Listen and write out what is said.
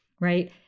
Right